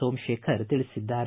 ಸೋಮಶೇಖರ್ ಸೂಚಿಸಿದ್ದಾರೆ